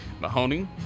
Mahoney